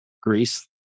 Greece